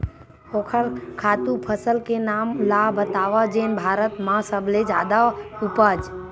ओखर खातु फसल के नाम ला बतावव जेन भारत मा सबले जादा उपज?